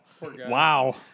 Wow